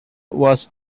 was